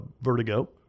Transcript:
vertigo